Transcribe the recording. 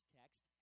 text